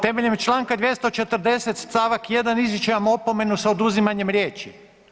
Temeljem članka 240. stavak 1. izričem vam opomenuti sa oduzimanjem riječi.